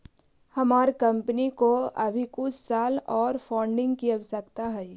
हमार कंपनी को अभी कुछ साल ओर फंडिंग की आवश्यकता हई